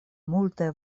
multaj